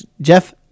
jeff